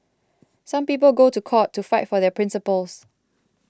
some people go to court to fight for their principles